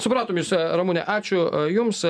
supratom jus ramune ačiū jums